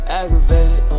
aggravated